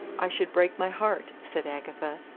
i should break my heart, said agatha.